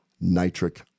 nitric